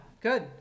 good